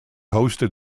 hosted